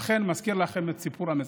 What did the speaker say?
אכן, מזכיר לכם את סיפור מצדה.